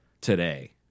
Today